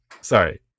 Sorry